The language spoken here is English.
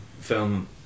film